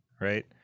right